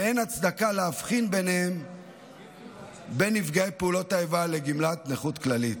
ואין הצדקה להבחין בין גמלת נפגעי פעולות איבה לגמלת נכות כללית,